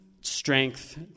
strength